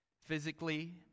Physically